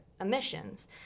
emissions